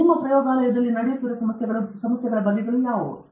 ನಿಮ್ಮ ಪ್ರಯೋಗಾಲಯದಲ್ಲಿ ನಡೆಯುತ್ತಿರುವ ಸಮಸ್ಯೆಗಳ ಬಗೆಗಳು ಯಾವುವು